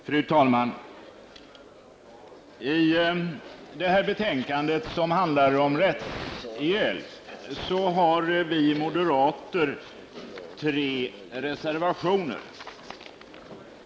Fru talman! Till detta betänkande, som handlar om rättshjälp, har vi moderater fogat tre reservationer.